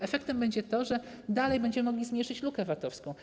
Efektem będzie to, że dalej będziemy mogli zmniejszyć lukę VAT-owską.